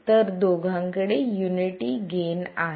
तर या दोघांकडे युनिटी गेन आहे